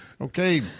Okay